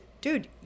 dude